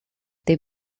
they